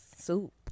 soup